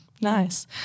nice